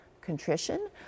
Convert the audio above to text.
contrition